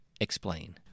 Explain